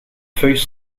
feuilles